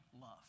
love